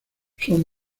son